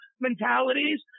mentalities